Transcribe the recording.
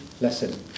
lesson